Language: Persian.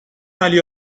علی